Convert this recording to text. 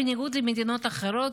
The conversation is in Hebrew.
בניגוד למדינות אחרות,